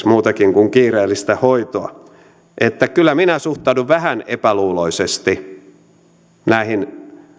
muutakin kuin kiireellistä hoitoa että kyllä minä suhtaudun vähän epäluuloisesti näihin